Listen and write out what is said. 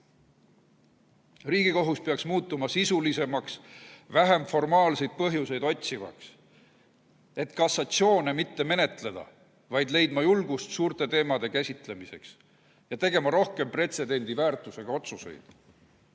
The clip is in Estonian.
Riigikohus peaks muutuma sisulisemaks, vähem formaalseid põhjuseid otsivaks, et kassatsioone mitte menetleda, vaid leidma julgust suurte teemade käsitlemiseks ja tegema rohkem pretsedendi väärtusega otsuseid.